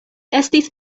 estis